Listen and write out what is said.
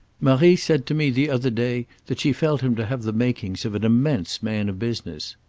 marie said to me the other day that she felt him to have the makings of an immense man of business.